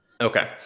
Okay